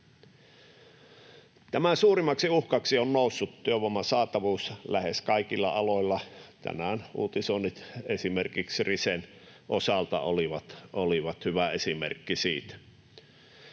Tämän suurimmaksi uhkaksi on noussut työvoiman saatavuus lähes kaikilla aloilla. Tänään uutisoinnit esimerkiksi Risen osalta olivat hyvä esimerkki siitä.